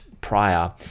prior